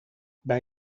bij